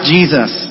Jesus